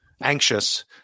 anxious